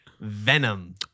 Venom